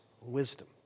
wisdom